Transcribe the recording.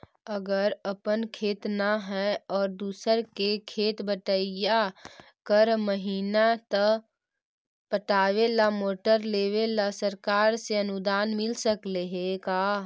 अगर अपन खेत न है और दुसर के खेत बटइया कर महिना त पटावे ल मोटर लेबे ल सरकार से अनुदान मिल सकले हे का?